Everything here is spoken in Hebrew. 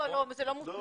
לא, לא זה לא מותנה.